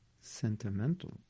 sentimental